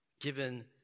given